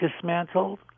dismantled